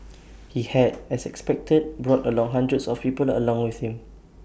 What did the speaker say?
he had as expected brought along hundreds of people along with him